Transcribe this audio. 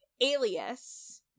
alias